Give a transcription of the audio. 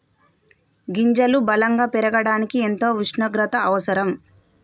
గింజలు బలం గా పెరగడానికి ఎంత ఉష్ణోగ్రత అవసరం?